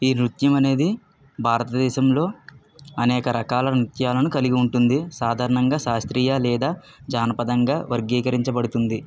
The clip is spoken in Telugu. ఈ నృత్యం అనేది భారతదేశంలో అనేక రకాల నృత్యాలను కలిగి ఉంటుంది సాధారణంగా శాస్త్రీయ లేదా జానపదంగా వర్గీకరించబడుతుంది